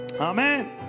Amen